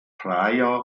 praia